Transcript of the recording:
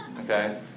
okay